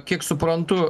kiek suprantu